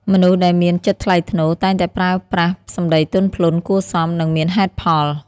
មនុស្សដែលមានចិត្តថ្លៃថ្នូរ តែងតែប្រើប្រាស់សម្ដីទន់ភ្លន់ គួរសម និងមានហេតុផល។